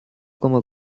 como